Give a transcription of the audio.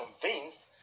convinced